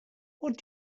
what